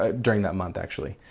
ah during that month actually.